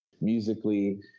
musically